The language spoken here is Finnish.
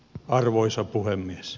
arvoisa puhemies